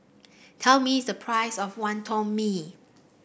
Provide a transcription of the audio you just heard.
tell me the price of Wonton Mee